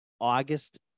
August